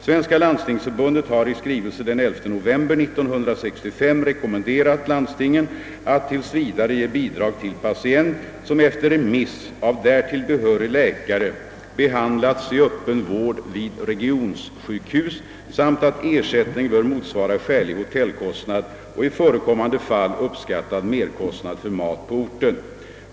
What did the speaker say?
Svenska landstingsförbundet har i skrivelse den 11 november 1965 rekommenderat landstingen att tills vidare ge bidrag till patient, som efter remiss av därtill behörig läkare behandlats i öppen vård vid regionsjukhus, samt att ersättningen bör motsvara skälig hotellkostnad och i förekommande fall uppskattad merkostnad för mat på orten.